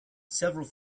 several